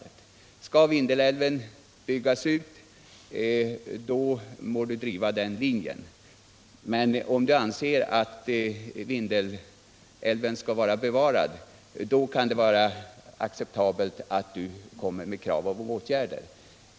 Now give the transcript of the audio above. Anser han att Vindelälven skall byggas ut, då må han driva den linjen. Anser han däremot att Vindelälven skall bevaras, då kan det vara befogat att han för fram krav på åtgärder.